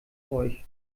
euch